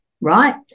right